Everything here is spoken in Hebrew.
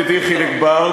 ידידי חיליק בר,